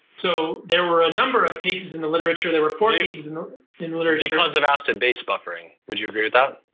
so there were a number of cases in the literature, there were four cases in the literature because of acid-base buffering. would you agree with that?